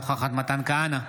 אינה נוכחת מתן כהנא,